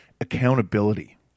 accountability